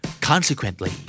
Consequently